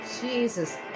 Jesus